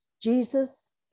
Jesus